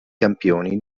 campioni